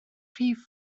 rhif